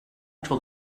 told